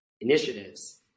initiatives